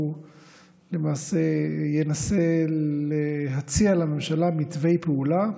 ולמעשה הוא ינסה להציע לממשלה מתווי פעולה,